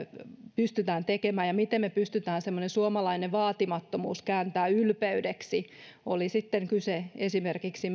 pystytään tekemään ja miten me pystymme semmoisen suomalaisen vaatimattomuuden kääntämään ylpeydeksi oli sitten kyse esimerkiksi